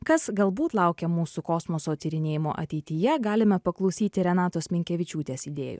kas galbūt laukia mūsų kosmoso tyrinėjimo ateityje galime paklausyti renatos minkevičiūtės idėjų